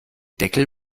deckel